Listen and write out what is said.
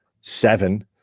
seven